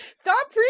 stop